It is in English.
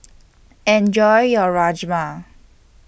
Enjoy your Rajma